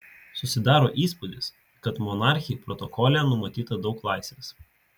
susidaro įspūdis kad monarchei protokole numatyta daug laisvės